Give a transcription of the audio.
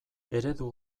eredu